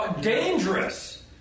dangerous